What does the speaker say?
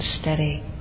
steady